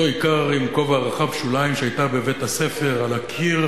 איכר עם כובע רחב שוליים שהיתה בבית-הספר על הקיר,